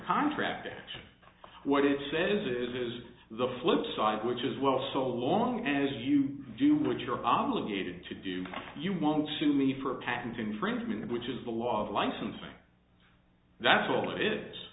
contract what it says is the flipside which is well so long as you do what you're obligated to do you want to me for patent infringement which is the law of license that's all it is